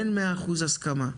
אין 100% הסכמה.